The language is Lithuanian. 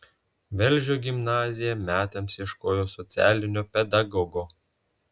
velžio gimnazija metams ieškojo socialinio pedagogo